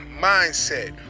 mindset